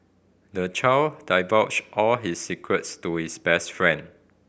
the child divulged all his secrets to his best friend